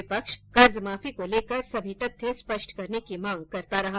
विपक्ष कर्जमाफी को लेकर सभी तथ्य स्पष्ट करने की मांग करता रहा